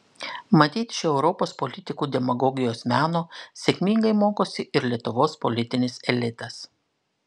matyt šio europos politikų demagogijos meno sėkmingai mokosi ir lietuvos politinis elitas